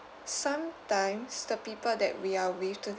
sometimes the people that we are with to~